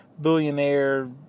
billionaire